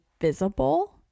visible